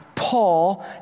Paul